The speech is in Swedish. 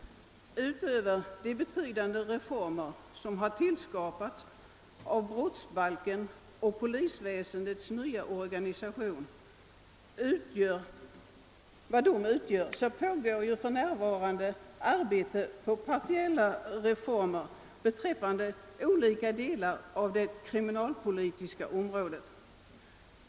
Utöver de betydande reformer som har genomförts beträffande brottsbalken och genom polisväsendets nya organisation pågår för närvarande arbete på partiella reformer beträffande olika delar av det kriminalpolitiska området.